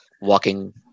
walking